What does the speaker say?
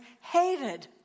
hated